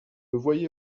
voyait